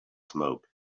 smoke